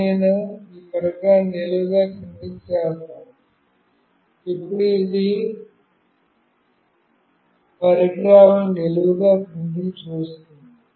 ఇప్పుడు నేను ఈ పరికరాన్ని నిలువుగా క్రిందికి చేస్తాను ఇప్పుడు ఇది పరికరాలను నిలువుగా క్రిందికి చూపిస్తోంది